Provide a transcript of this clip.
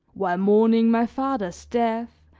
while mourning my father's death,